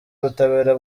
ubutabera